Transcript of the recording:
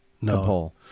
no